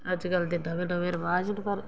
अज्जकल दे नमें नमें रवाज़ न पर